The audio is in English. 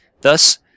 Thus